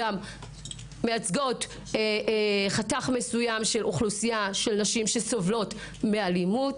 מייצגות חתך אוכלוסייה של נשים שסובלות מאלימות,